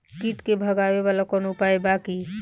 कीट के भगावेला कवनो उपाय बा की?